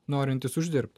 norintys uždirbti